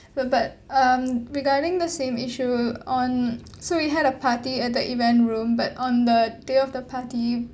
but but um regarding the same issue on so we had a party at the event room but on the day of the party